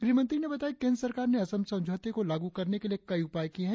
गृहमंत्री ने बताया कि केंद्र सरकार ने असम समझौते को लागू करने के लिये कई उपाय किये है